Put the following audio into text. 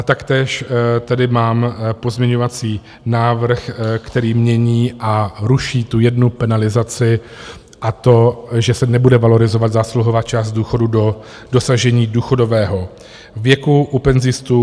Taktéž tady mám pozměňovací návrh, který mění a ruší tu jednu penalizaci a to, že se nebude valorizovat zásluhová část důchodu do dosažení důchodového věku u penzistů.